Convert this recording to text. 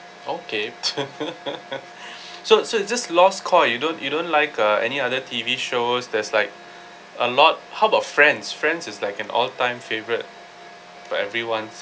okay so so it's just lost koi you don't you don't like uh any other T_V shows there's like a lot how about friends friends is like an all-time favourite for everyone